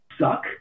suck